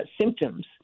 symptoms